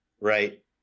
right